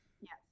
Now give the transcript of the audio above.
Yes